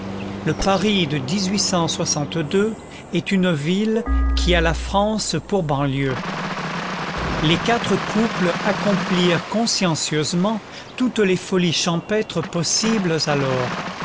le paris de est une ville qui a la france pour banlieue les quatre couples accomplirent consciencieusement toutes les folies champêtres possibles alors